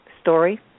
story